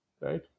right